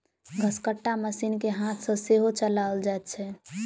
घसकट्टा मशीन के हाथ सॅ सेहो चलाओल जाइत छै